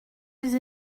des